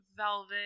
Velvet